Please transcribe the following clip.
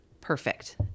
perfect